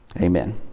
Amen